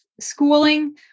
schooling